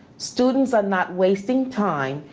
students are not wasting time,